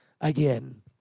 Again